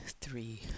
three